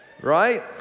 right